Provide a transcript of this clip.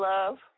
Love